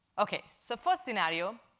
okay. so first scenario,